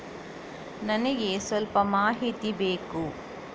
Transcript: ನನಿಗೆ ಸ್ವಲ್ಪ ಮಾಹಿತಿ ಬೇಕು